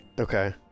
okay